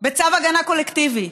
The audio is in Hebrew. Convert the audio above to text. בצו הגנה קולקטיבי.